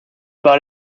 par